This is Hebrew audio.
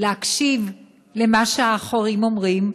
להקשיב למה שאחרים אומרים,